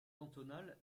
cantonal